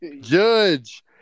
Judge